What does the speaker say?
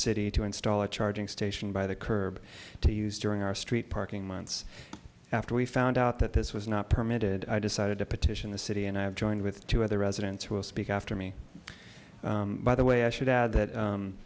city to install a charging station by the curb to use during our street parking months after we found out that this was not permitted i decided to petition the city and i've joined with two other residents who will speak after me by the way i should add that